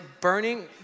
burning